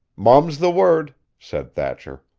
mum's the word, said thatcher.